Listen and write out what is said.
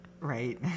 Right